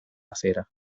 acera